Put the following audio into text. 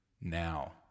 now